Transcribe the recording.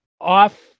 off